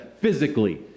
physically